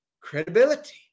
credibility